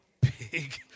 big